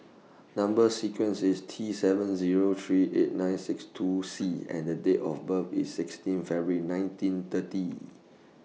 Number sequence IS T seven Zero three eight nine six two C and Date of birth IS sixteen February nineteen thirty